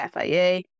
FIA